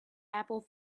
apple